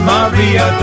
Maria